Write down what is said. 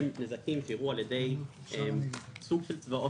נזקים שאירעו על ידי סוג של צבאות